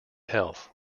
health